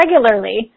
regularly